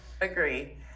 agree